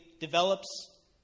develops